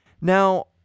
now